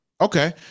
okay